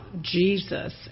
Jesus